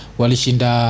walishinda